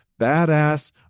badass